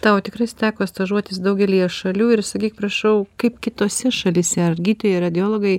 tau tikrai teko stažuotis daugelyje šalių ir sakyk prašau kaip kitose šalyse ar gydytojai radiologai